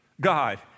God